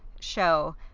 show